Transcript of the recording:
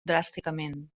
dràsticament